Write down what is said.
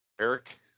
Eric